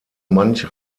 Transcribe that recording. manch